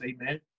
Amen